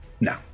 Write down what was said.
No